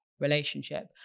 relationship